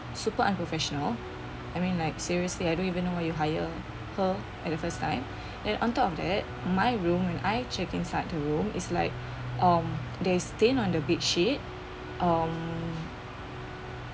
super unprofessional I mean like seriously I don't even know why you hire her at the first time and on top of that my room when I check inside the room is like um there's stain on the bed sheet um